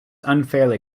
unfairly